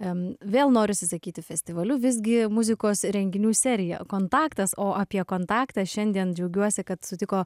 em vėl norisi sakyti festivaliu visgi muzikos renginių serija kontaktas o apie kontaktą šiandien džiaugiuosi kad sutiko